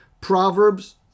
Proverbs